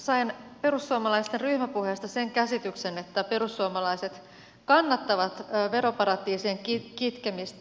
sain perussuomalaisten ryhmäpuheesta sen käsityksen että perussuomalaiset kannattavat veroparatiisien kitkemistä